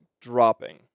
Dropping